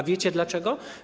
A wiecie dlaczego?